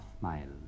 miles